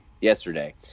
yesterday